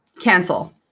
cancel